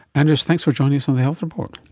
andreas, thanks for joining us on the health report.